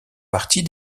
partie